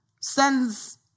sends